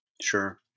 Sure